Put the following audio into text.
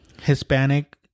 Hispanic